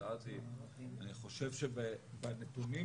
חבר הכנסת אוסאמה סעדי.